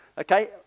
Okay